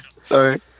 Sorry